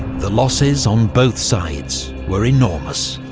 the losses on both sides were enormous.